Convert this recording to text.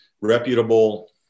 reputable